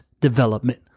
development